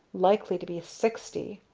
likely to be sixty!